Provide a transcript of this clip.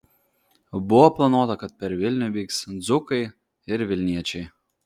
buvo planuota kad per vilnių vyks dzūkai ir vilniečiai